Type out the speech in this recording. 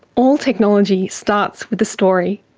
all technology starts with a story.